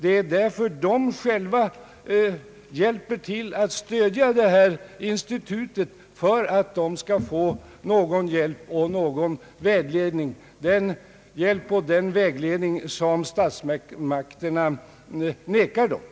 Det är därför de själva hjälper till att stödja detta institut, alltså för att de skall få den hjälp och den vägledning som statsmakterna vägrar dem.